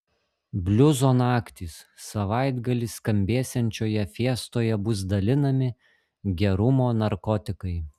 bliuzo naktys savaitgalį skambėsiančioje fiestoje bus dalinami gerumo narkotikai